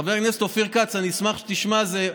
חבר הכנסת אופיר כץ, אני אשמח שתשמע על זה.